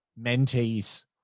mentees